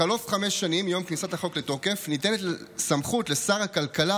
בחלוף חמש שנים מיום כניסת החוק לתוקף ניתנת סמכות לשר הכלכלה,